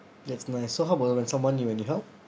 that's nice so how about when someone you when you helped